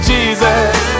Jesus